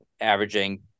averaging